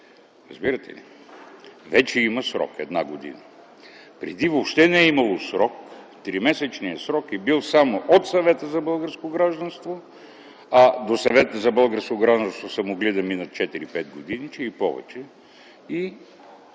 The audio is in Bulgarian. Вече има срок – една година. Преди въобще не е имало срок. Тримесечният срок е бил само от Съвета за българско гражданство. До Съвета за българско гражданство са могли да минат 4-5 години, че и повече.